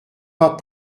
pas